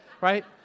Right